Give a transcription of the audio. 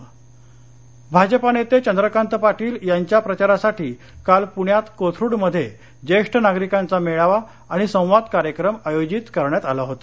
प्रचारसभा भाजपा नेते चंद्रकांत पाटील यांच्या प्रचारासाठी काल पृण्यात कोथरूडमध्ये ज्येष्ठ नागरिकांचा मेळावा आणि संवाद कार्यक्रम आयोजित करण्यात आला होता